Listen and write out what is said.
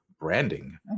branding